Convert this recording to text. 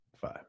five